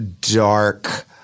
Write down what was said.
dark